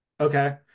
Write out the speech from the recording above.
Okay